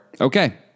Okay